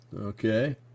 Okay